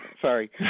Sorry